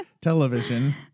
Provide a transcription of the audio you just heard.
television